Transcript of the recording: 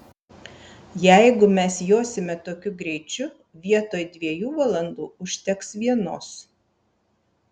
jeigu mes josime tokiu greičiu vietoj dviejų valandų užteks vienos